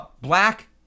black